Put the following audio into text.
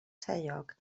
taeog